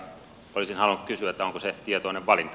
olisin halunnut kysyä onko se tietoinen valinta